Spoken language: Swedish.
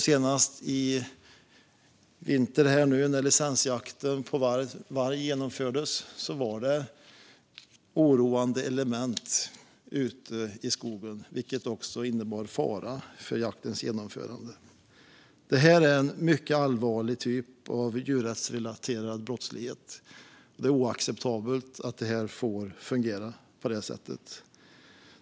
Senast nu i vintras, när licensjakten på varg genomfördes, var det oroande element ute i skogen, vilket innebar fara för jaktens genomförande. Det här är en mycket allvarlig typ av djurrättsrelaterad brottslighet. Det är oacceptabelt att det kan fungera på det sättet.